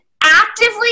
actively